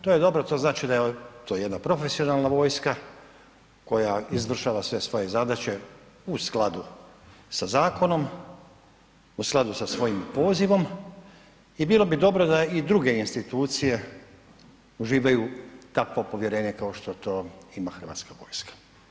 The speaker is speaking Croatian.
To je dobro, to znači da je, to je jedna profesionalna vojska koja izvršava sve svoje zadaće u skladu sa zakonom u skladu sa svojim pozivom i bilo bi dobro da i druge institucije uživaju takvo povjerenje kao što to ima Hrvatska vojska.